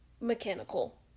mechanical